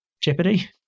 jeopardy